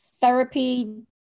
therapy